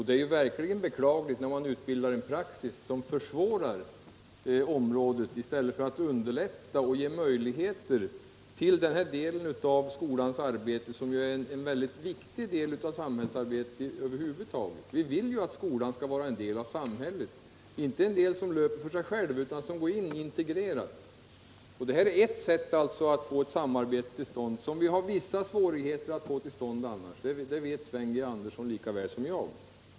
Det är verkligen beklagligt att det utbildats en praxis som försvårar verksamheten på området i stället för att underlätta och ge vidgade möjligheter till denna del av skolans arbete, som är en viktig del av samhällsarbetet över huvud taget. Vi vill ju att skolan skall vara en del av samhället — inte en del som lever för sig själv utan en integrerad del av samhället. Detta är alltså ett sätt att få till stånd ett samarbete som vi annars har svårigheter att åstadkomma -— det vet Sven G. Andersson lika väl som jag.